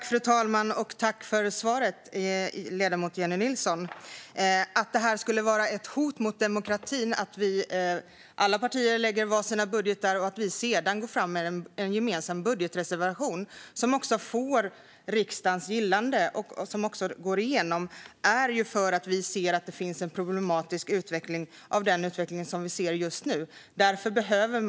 Fru talman! Jag tackar ledamoten Jennie Nilsson för svaret. Det kan inte vara ett hot mot demokratin att vi alla partier lägger var sin budget och sedan går fram med en gemensam budgetreservation, som också får riksdagens gällande och går igenom. Vi gör det ju för att vi ser att utvecklingen som vi ser just nu är problematisk.